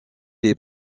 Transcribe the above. les